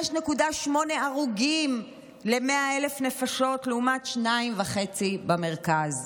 5.8 הרוגים ל-100,000 נפשות, לעומת 2.5 במרכז.